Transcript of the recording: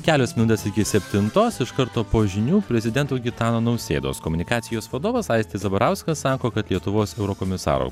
kelios minutės iki septintos iš karto po žinių prezidento gitano nausėdos komunikacijos vadovas aistis zabarauskas sako kad lietuvos eurokomisaro